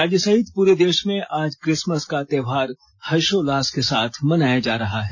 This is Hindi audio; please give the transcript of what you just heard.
राज्य सहित पूर देश में आज क्रिसमस का त्योहार हर्षोल्लास के साथ मनाया जा रहा है